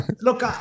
look